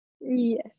Yes